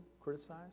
Criticized